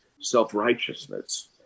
self-righteousness